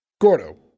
Gordo